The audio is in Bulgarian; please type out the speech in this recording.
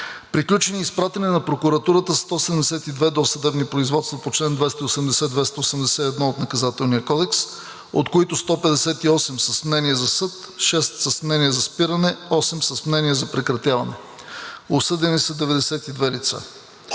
Приключени и изпратени на прокуратурата са 172 досъдебни производства по чл. 280 и 281 от Наказателния кодекс, от които 158 са с мнение за съд, 6 – с мнение за спиране, 8 – с мнение за прекратяване. Осъдени са 92 лица.